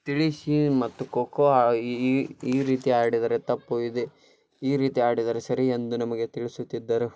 ತಿಳಿಸಿ ಮತ್ತು ಖೊ ಖೋ ಈ ರೀತಿ ಆಡಿದರೆ ತಪ್ಪು ಇದು ಈ ರೀತಿ ಆಡಿದರೆ ಸರಿ ಎಂದು ನಮಗೆ ತಿಳಿಸುತ್ತಿದ್ದರು